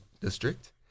District